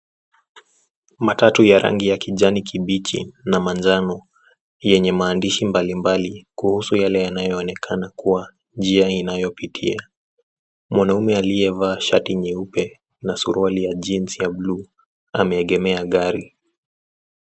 Matatu ya rangi ya kijani kibichi na manjano yenye maandishi mbalimbali kuhusu yale yanayoonekana kuwa njia inayopitia. Mwanaume aliyevaa shati nyeupe na suruali ya s[jeans]cs ya cs[blue]cs ameegemea gari.